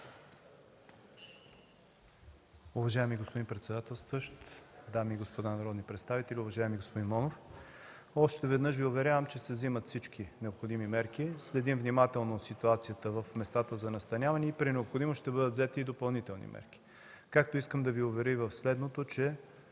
Уважаеми господин председателстващ, дами и господа народни представители! Уважаеми господин Монев, още веднъж Ви уверявам, че се вземат всички необходими мерки. Следим внимателно ситуацията в местата за настаняване и при необходимост ще бъдат взети и допълнителни мерки, както искам да Ви уверя и в следното, че